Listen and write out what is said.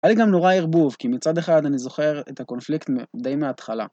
היה לי גם נורא ערבוב, כי מצד אחד אני זוכר את הקונפליקט די מההתחלה.